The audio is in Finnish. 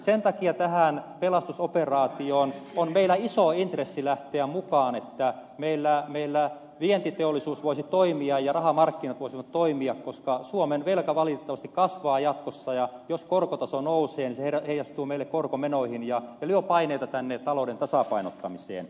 sen takia tähän pelastusoperaatioon on meillä iso intressi lähteä mukaan että meillä vientiteollisuus voisi toimia ja rahamarkkinat voisivat toimia koska suomen velka valitettavasti kasvaa jatkossa ja jos korkotaso nousee se heijastuu meille korkomenoihin ja lyö paineita talouden tasapainottamiseen